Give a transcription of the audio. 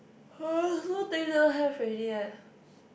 !huh! have already eh